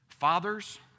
Fathers